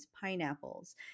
pineapples